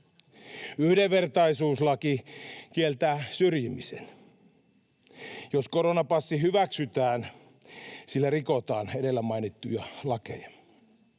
Yhdenvertaisuuslaki kieltää syrjimisen. Jos koronapassi hyväksytään, sillä rikotaan edellä mainittuja lakeja.